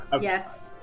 yes